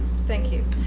thank you.